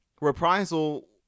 reprisal